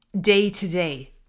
day-to-day